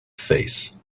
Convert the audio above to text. face